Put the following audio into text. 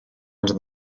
under